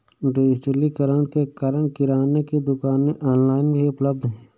डिजिटलीकरण के कारण किराने की दुकानें ऑनलाइन भी उपलब्ध है